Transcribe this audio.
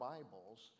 Bibles